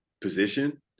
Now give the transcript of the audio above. position